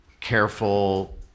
careful